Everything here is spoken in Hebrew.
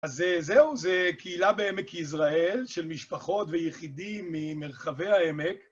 אז זהו, זו קהילה בעמק יזרעאל של משפחות ויחידים ממרחבי העמק.